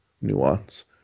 nuance